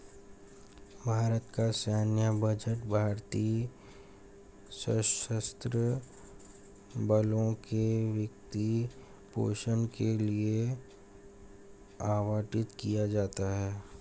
भारत का सैन्य बजट भारतीय सशस्त्र बलों के वित्त पोषण के लिए आवंटित किया जाता है